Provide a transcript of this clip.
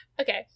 Okay